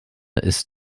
ist